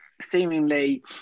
seemingly